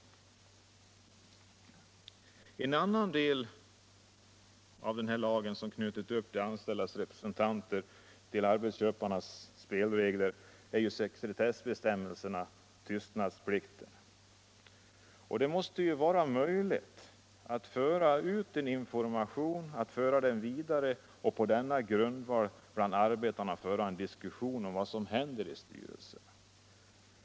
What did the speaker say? En annan del av denna lag som knutit upp de anställdas representanter till arbetsköparnas spelregler är sekretssbestämmelserna eller tystnadsplikten. Det måste vara möjligt att föra information vidare och på denna grundval bland arbetarna föra en diskussion om vad som händer i en styrelse.